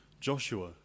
Joshua